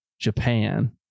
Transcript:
Japan